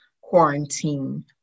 quarantine